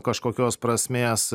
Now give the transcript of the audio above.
kažkokios prasmės